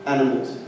Animals